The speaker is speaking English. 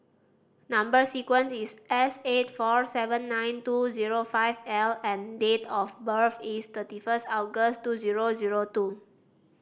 number sequence is S eight four seven nine two zero five L and date of birth is thirty first August two zero zero two